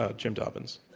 ah jim dobbins?